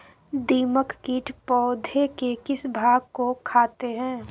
दीमक किट पौधे के किस भाग को खाते हैं?